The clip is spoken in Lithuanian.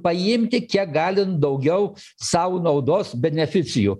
paimti kiek galint daugiau sau naudos beneficijų